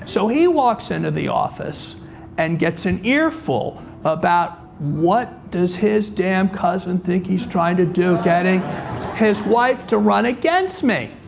so he walks into the office and gets an earful about what does his damn cousin think he's trying to do getting his wife to run against me?